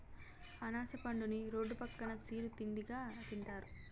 అనాస పండుని రోడ్డు పక్కన సిరు తిండిగా తింటారు